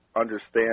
understand